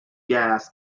gas